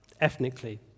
ethnically